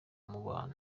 mubano